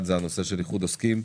אחד הוא נושא איחוד עוסקים.